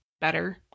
better